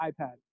iPad